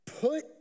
put